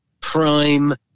prime